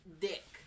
Dick